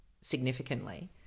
significantly